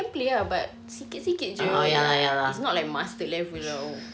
I can play ah but sikit-sikit jer it's not like mastered level tahu ah